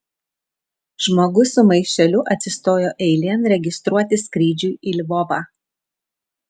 žmogus su maišeliu atsistojo eilėn registruotis skrydžiui į lvovą